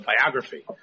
biography